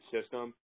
system